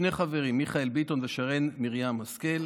שני חברים: מיכאל ביטון ושרן מרים השכל,